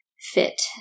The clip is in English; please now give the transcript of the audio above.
fit